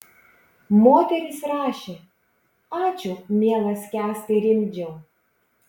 moteris rašė ačiū mielas kęstai rimdžiau